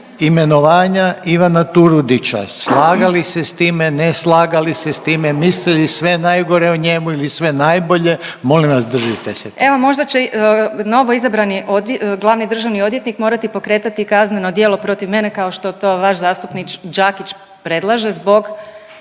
imenovanja Ivana Turudića slagali se s time, ne slagali se s time, mislili sve najgore o njemu ili sve najbolje, molim vas držite se./… Evo možda će novoizabrani glavni državni odvjetnik morati pokretati kazneno djelo protiv mene kao što to vaš zastupnik Đakić predlaže zbog